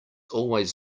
always